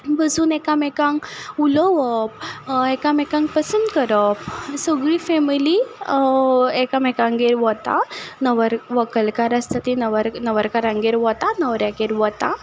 बसून एकामेकांक उलोवप एकामेकांक पसंद करप आनी सगलीं फॅमिली एकामेकांगेर वता न्हवरकार व्हंकलकार आसता तीं न्हवर न्हवरकारांगेर वतात न्हवऱ्यागेर वता